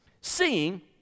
seeing